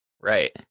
right